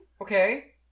Okay